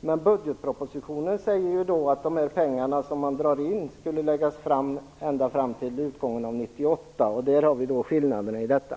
Men i budgetpropositionen sägs det att neddragningarna kan göras successivt ända fram till utgången av 1998, och på den punkten finns det skillnader i uppfattningarna.